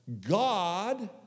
God